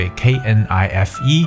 knife